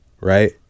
right